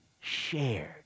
shared